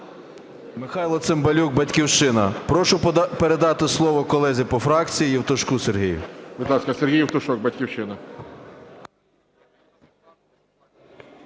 Михайло Цимбалюк, "Батьківщина". Прошу передати слово колезі по фракції Євтушку Сергію. ГОЛОВУЮЧИЙ. Будь ласка, Сергій Євтушок, "Батьківщина".